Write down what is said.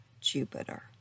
Jupiter